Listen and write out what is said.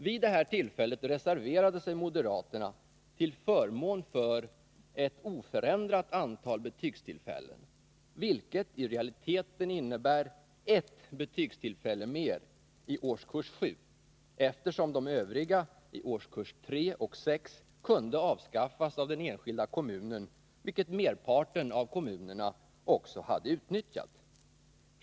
Vid det tillfället reserverade sig moderaterna till förmån för ett oförändrat antal betygstillfällen, vilket i realiteten innebär ett betygstillfälle mer i årskurs 7, eftersom de övriga, i årskurs 3 och 6, kunde avskaffas av den enskilda kommunen, vilket merparten av kommunerna också hade utnyttjat.